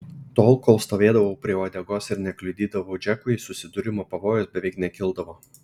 tol kol stovėdavau prie uodegos ir nekliudydavau džekui susidūrimo pavojus beveik nekildavo